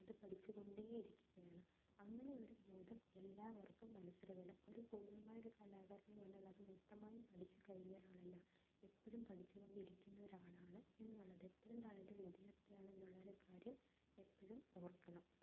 നമ്മുടെ അത് പഠിച്ചുകൊണ്ടേയിരിക്കുകയാണ് അങ്ങനെ ഒരു ബോധം എല്ലാവർക്കും മനസ്സിൽ വേണം ഒരു പൂർണമായ കലാകാരനെന്നു പറഞ്ഞാൽ അത് മൊത്തമായി പഠിച്ചു കഴിഞ്ഞ ഒരാളല്ല എപ്പോഴും പഠിച്ചുകൊണ്ടിരിക്കുന്ന ഒരാള് എന്നുള്ളത് എപ്പോഴും താനൊരു വിദ്യാർത്ഥി ആണെന്നുള്ളൊരു കാര്യം എപ്പോഴും ഓർക്കണം കഴിവുകൾ അല്ലെങ്കിൽ തലച്ചോറിൽ നമ്മുടെ കൈയിലുള്ള ചിന്തകൾ എങ്ങനെ ഒരു ചിത്രമായിട്ട് പകർത്താം എന്നുള്ളത് നമുക്ക് മനസിലാക്കാൻ പറ്റാതെവരും അതിന് വളരെ ഒരുപാട് വർഷത്തെ കഠിന അധ്വാനവും പരിശീലനവും ആവശ്യമാണ്